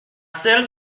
sail